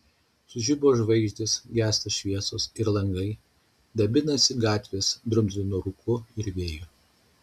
sužibo žvaigždės gęsta šviesos ir langai dabinasi gatvės drumzlinu rūku ir vėju